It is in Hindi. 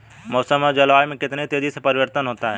मौसम और जलवायु में कितनी तेजी से परिवर्तन होता है?